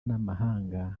n’amahanga